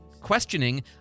Questioning